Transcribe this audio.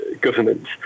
government